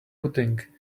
putting